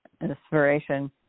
inspiration